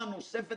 אנחנו מפקחים